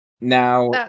Now